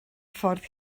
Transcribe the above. ffordd